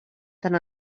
tant